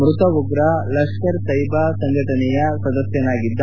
ಮೃತ ಉಗ್ರ ಲಷ್ಕರೆ ತಯ್ಬಾ ಸಂಘಟನೆಯ ಸದಸ್ಯನಾಗಿದ್ದ